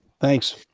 Thanks